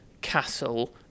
castle